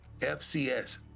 FCS